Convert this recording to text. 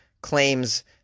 claims